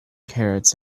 carrots